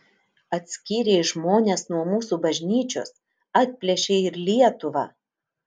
atskyrei žmones nuo mūsų bažnyčios atplėšei ir lietuvą